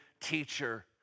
teacher